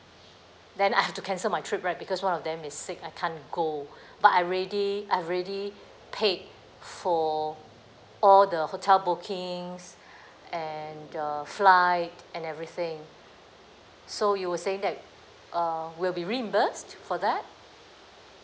then I have to cancel my trip right because one of them is sick I can't go but I already I already paid for all the hotel bookings and the flight and everything so you were saying that uh we'll be reimbursed for that